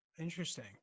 interesting